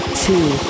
two